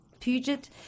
Puget